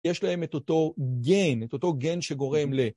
יש להם את אותו גן, את אותו גן שגורם ל...